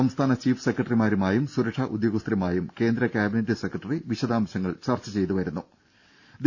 സംസ്ഥാന ചീഫ് സെക്രട്ടറിമാരുമായും സുരക്ഷാ ഉദ്യോഗസ്ഥരുമായും കേന്ദ്ര ക്യാബിനറ്റ് സെക്രട്ടറി വിശദാംശങ്ങൾ ആവശ്യപ്പെട്ടിട്ടുണ്ട്